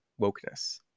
wokeness